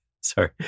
Sorry